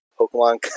Pokemon